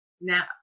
now